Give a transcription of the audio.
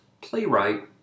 playwright